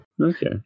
Okay